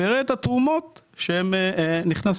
ויראה את התרומות שהם נכנסות.